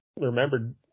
remembered